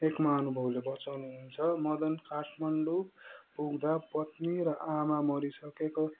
एक महानुभवले बचाउनु हुन्छ मदन काठमाडौँ पुग्दा पत्नी र आमा मरिसकेको